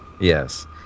Yes